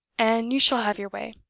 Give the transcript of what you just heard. and you shall have your way.